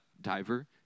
diver